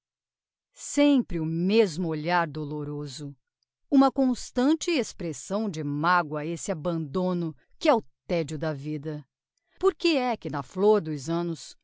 sempre o mesmo olhar doloroso uma constante expressão de magoa esse abandono que é o tedio da vida porque é que na flôr dos annos